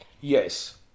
Yes